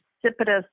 precipitous